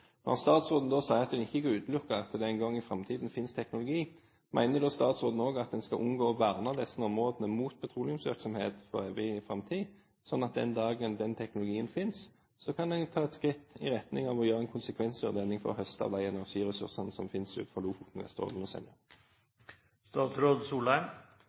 Når statsråden sier at en ikke kan utelukke at det en gang i framtiden finnes teknologi, mener da statsråden også at en skal unngå å verne disse områdene mot petroleumsvirksomhet for evig framtid, slik at den dagen teknologien finnes, kan en ta et skritt i retning av å gjøre en konsekvensutredning for å høste de energiressursene som finnes utenfor Lofoten, Vesterålen og